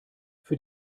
für